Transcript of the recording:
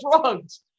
drugs